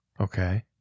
Okay